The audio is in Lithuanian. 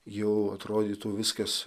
jau atrodytų viskas